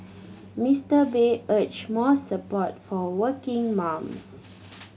Mister Bay urged more support for working mums